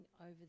over